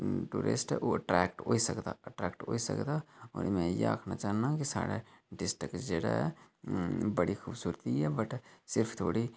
tourist ओह् attract होई सकदा अट्रैक्ट होई सकदा में इ'यै आखना चाह्न्ना साढ़ा डिस्ट्रिक्ट जेहड़ा ऐ बड़ी खूबसूरती ऐ बट सिर्फ थोह्ड़ी